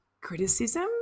criticism